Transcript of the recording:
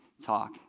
talk